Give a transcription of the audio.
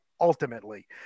ultimately